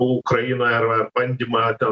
ukrainoj ar ar bandymą ten